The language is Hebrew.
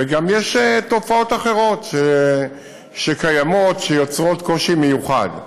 וגם יש תופעות אחרות שקיימות, שיוצרות קושי מיוחד.